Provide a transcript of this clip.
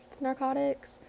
narcotics